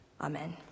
Amen